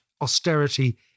austerity